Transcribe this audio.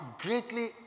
greatly